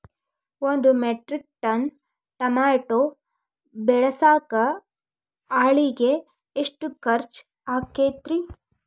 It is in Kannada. ಒಂದು ಮೆಟ್ರಿಕ್ ಟನ್ ಟಮಾಟೋ ಬೆಳಸಾಕ್ ಆಳಿಗೆ ಎಷ್ಟು ಖರ್ಚ್ ಆಕ್ಕೇತ್ರಿ?